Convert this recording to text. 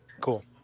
Cool